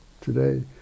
today